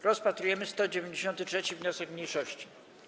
Rozpatrujemy 193. wniosek mniejszości.